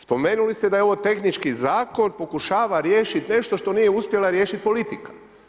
Spomenuli ste da je ovo tehnički zakon, pokušava riješiti nešto što nije uspjela riješiti politika.